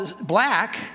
black